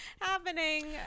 happening